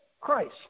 Christ